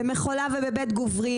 במחולה ובית גוברין,